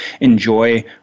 enjoy